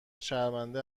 شرمنده